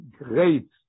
great